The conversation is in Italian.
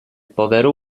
povero